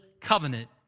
covenant